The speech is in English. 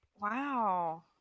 Wow